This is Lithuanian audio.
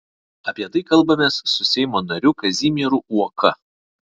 apie tai kalbamės su seimo nariu kazimieru uoka